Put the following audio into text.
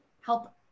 help